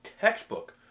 textbook